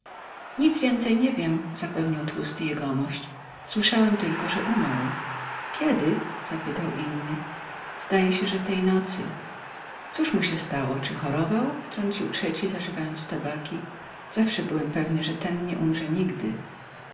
nic więcej nie wiem zapewniał tłusty jegomość słyszałem tylko że umarł kiedy zapytał inny zdaje się że tej nocy cóż mu się stało czy chorował wtrącił trzeci zażywając tabaki zawsze byłem pewny że ten nie umrze nigdy